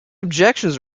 objections